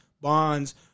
bonds